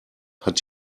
hat